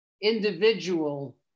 individual